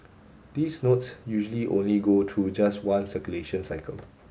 these notes usually only go through just one circulation cycle